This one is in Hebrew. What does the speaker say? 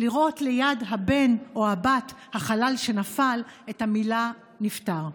לראות ליד הבן או הבת החלל שנפל את המילה "נפטר".